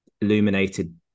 illuminated